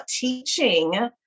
teaching